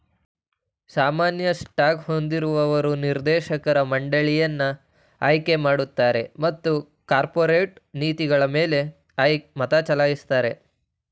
ಸಾಮಾನ್ಯ ಸ್ಟಾಕ್ ಹೊಂದಿರುವವರು ನಿರ್ದೇಶಕರ ಮಂಡಳಿಯನ್ನ ಆಯ್ಕೆಮಾಡುತ್ತಾರೆ ಮತ್ತು ಕಾರ್ಪೊರೇಟ್ ನೀತಿಗಳಮೇಲೆ ಮತಚಲಾಯಿಸುತ್ತಾರೆ